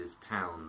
town